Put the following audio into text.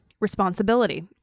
responsibility